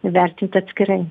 vertinti atskirai